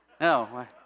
No